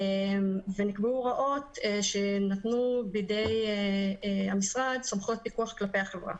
ונקבעו הוראות שנתנו בידי המשרד סמכויות פיקוח כלפי החברה,